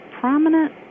prominent